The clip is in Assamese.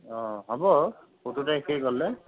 অ হ'ব সোতৰ তাৰিখে গ'লে